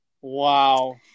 wow